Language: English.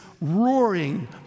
roaring